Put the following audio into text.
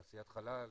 תעשיית חלל,